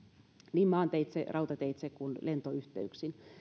niin maanteitse rautateitse kuin lentoyhteyksin